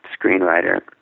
screenwriter